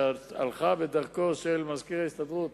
שהלכה בדרכו של מזכיר ההסתדרות,